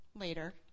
later